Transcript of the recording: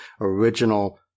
original